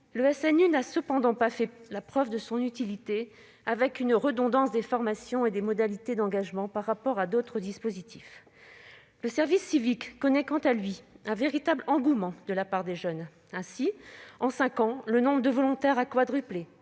n'a pourtant pas fait la preuve de son utilité avec une redondance des formations et des modalités d'engagement par rapport à d'autres dispositifs. Le service civique, lui, connaît un véritable engouement de la part des jeunes. Ainsi, en cinq ans, le nombre de volontaires a quadruplé